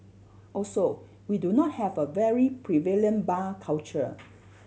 also we do not have a very prevalent bar culture